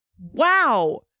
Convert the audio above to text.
wow